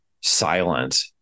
silent